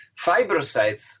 Fibrocytes